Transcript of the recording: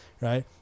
right